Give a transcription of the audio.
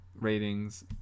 ratings